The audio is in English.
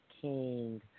King